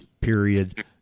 period